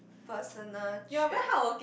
personal trait